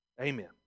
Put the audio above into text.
Amen